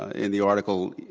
ah in the article,